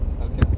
Okay